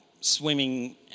swimming